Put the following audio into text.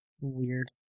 Weird